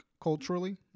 culturally